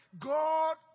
God